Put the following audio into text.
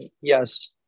yes